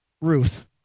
Ruth